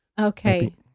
Okay